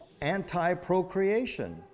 anti-procreation